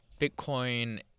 Bitcoin